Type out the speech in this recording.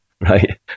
right